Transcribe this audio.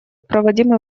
проводимый